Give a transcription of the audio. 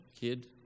kid